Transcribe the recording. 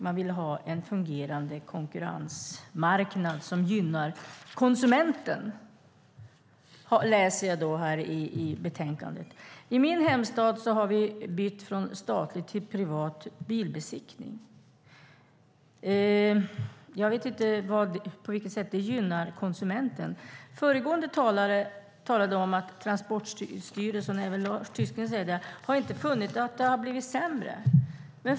Man ville ha en fungerande konkurrensmarknad som gynnar konsumenten, läser jag i betänkandet. I min hemstad har vi bytt från statlig till privat bilbesiktning. Jag vet inte på vilket sätt det gynnar konsumenten. Föregående talare talade om att Transportstyrelsen inte har funnit att det har blivit sämre - även Lars Tysklind säger det.